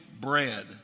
bread